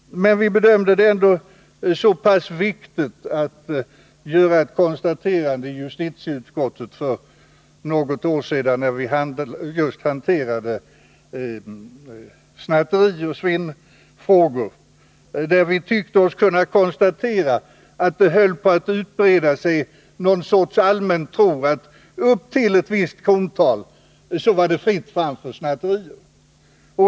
Men vi bedömde det ändå som viktigt att göra ett konstaterande i justitieutskottet för något år sedan, när vi hanterade just snatterioch svinnfrågor. Vi tyckte oss kunna konstatera att det höll på att utbreda sig någon sorts allmän tro att upp till ett visst krontal var det fritt fram för snatterier.